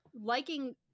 liking